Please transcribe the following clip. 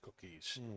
cookies